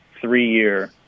three-year